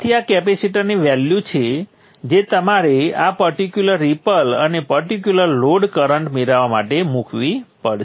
તેથી આ કેપેસિટરની વેલ્યુ છે જે તમારે આ પર્ટિક્યુલર રિપલ અને પર્ટિક્યુલર લોડ કરંટ મેળવવા માટે મૂકવી પડશે